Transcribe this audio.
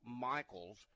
Michaels